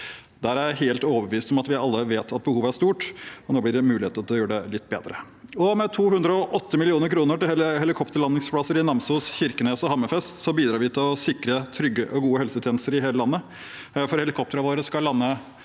Der er jeg helt overbevist om at vi alle vet at behovet er stort, og nå blir det muligheter til å gjøre det litt bedre. Med 208 mill. kr til helikopterlandingsplasser i Namsos, Kirkenes og Hammerfest bidrar vi også til å sikre trygge og gode helsetjenester i hele landet. Det er derfor helikoptrene våre skal lande